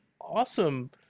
awesome